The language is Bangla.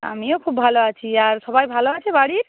আমিও খুব ভালো আছি আর সবাই ভালো আছে বাড়ির